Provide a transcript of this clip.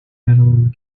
medaling